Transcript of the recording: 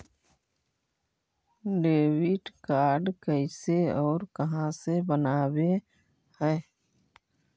Debit card कैसे और कहां से बनाबे है?